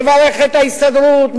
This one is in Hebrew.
מברך את ההסתדרות,